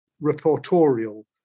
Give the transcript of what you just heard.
reportorial